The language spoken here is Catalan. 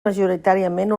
majoritàriament